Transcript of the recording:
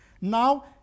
Now